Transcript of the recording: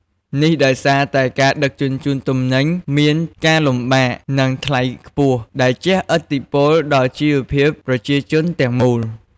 នេះដោយសារតែការដឹកជញ្ជូនទំនិញមានការលំបាក និងថ្លៃខ្ពស់ ដែលជះឥទ្ធិពលដល់ជីវភាពប្រជាជនទាំងមូល។